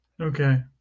Okay